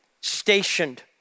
stationed